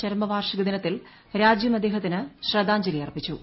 ചരമ വാർഷിക ദിനത്തിൽ രാജ്യം അദ്ദേഹത്തിന് ശ്രദ്ധാഞ്ജലി അർപ്പിച്ചു